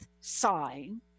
sign